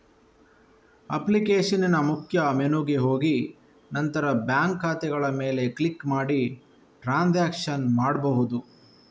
ಅಪ್ಲಿಕೇಶನಿನ ಮುಖ್ಯ ಮೆನುಗೆ ಹೋಗಿ ನಂತರ ಬ್ಯಾಂಕ್ ಖಾತೆಗಳ ಮೇಲೆ ಕ್ಲಿಕ್ ಮಾಡಿ ಟ್ರಾನ್ಸಾಕ್ಷನ್ ಮಾಡ್ಬಹುದು